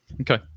Okay